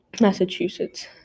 Massachusetts